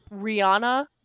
Rihanna